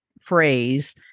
phrase